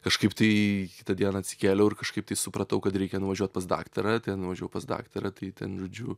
kažkaip tai kitą dieną atsikėliau ir kažkaip tai supratau kad reikia nuvažiuot pas daktarą tai nuvažiavau pas daktarą tai ten žodžiu